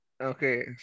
Okay